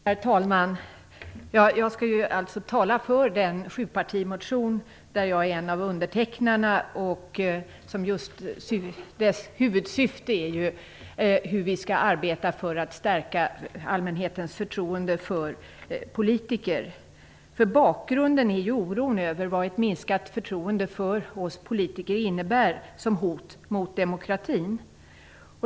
Herr talman! Jag skall tala för den sjupartimotion där jag är en av undertecknarna och vars huvudsyfte är hur vi skall arbeta för att stärka allmänhetens förtroende för politiker. Bakgrunden är oron över vad ett minskat förtroende för oss politiker innebär som hot mot demokratin.